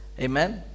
amen